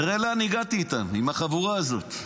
תראה לאן הגעתי איתם, עם החבורה הזאת.